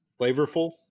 flavorful